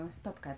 stop